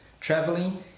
traveling